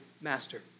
master